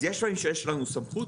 אז יש דברים שיש לנו סמכות.